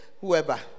whoever